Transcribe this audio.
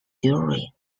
during